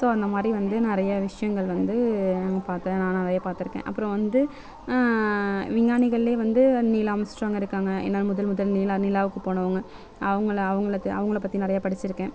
so அந்த மாதிரி வந்து நிறைய விஷயங்கள் வந்து பார்த்தேன் நான் நிறைய பார்த்துருக்கேன் அப்புறம் வந்து விஞ்ஞானிகளிலே வந்து நீல் ஆம்ஸ்ட்ராங் இருக்காங்க ஏன்னால் முதல் முதல் நிலா நிலாவுக்கு போனவங்க அவங்கள அவங்களுக்கு அவங்கள பற்றி நிறைய படிச்சுருக்கேன்